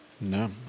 No